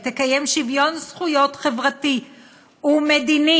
היא "תקיים שוויון זכויות חברתי ומדיני